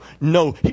no